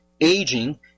aging